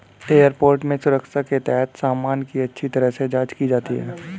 airport में सुरक्षा के तहत सामान की अच्छी तरह से जांच की जाती है